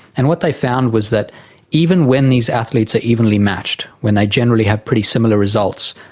and what they found was that even when these athletes are evenly matched, when they generally have pretty similar results,